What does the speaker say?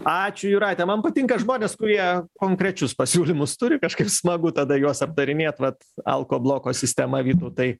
ačiū jūrate man patinka žmonės kurie konkrečius pasiūlymus turi kažkaip smagu tada juos aptarinėt vat alko bloko sistema vytautai